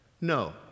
No